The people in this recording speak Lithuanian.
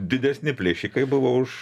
didesni plėšikai buvo už